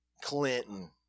Clinton